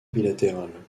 bilatérale